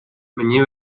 мені